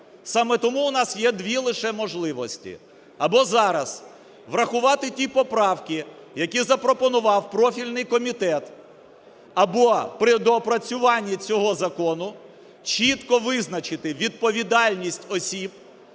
Саме тому у нас є дві лише можливості: або зараз врахувати ті поправки, які запропонував профільний комітет, або при доопрацюванні цього закону чітко визначити відповідальність осіб,